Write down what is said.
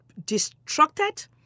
destructed